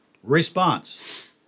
Response